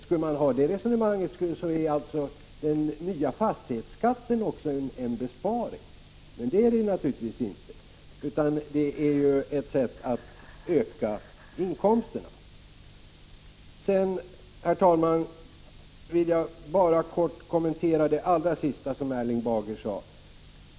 Skulle man föra det här resonemanget, så är också den nya fastighetsskatten en besparing, men det är den naturligtvis inte, utan den är ett sätt att öka inkomsterna. Herr talman! Sedan vill jag bara helt kort kommentera det allra sista som Erling Bager sade.